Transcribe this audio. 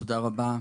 תודה רבה.